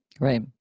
Right